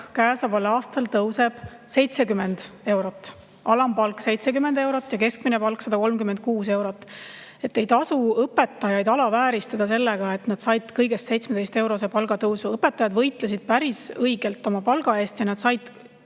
käesoleval aastal tõuseb 70 eurot, [täpsemalt] alampalk 70 eurot ja keskmine palk 136 eurot. Ei tasu õpetajaid alavääristada sellega, et nad said kõigest 17-eurose palgatõusu. Õpetajad võitlesid päris õigelt oma palga eest ja nad said